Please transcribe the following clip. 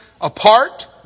apart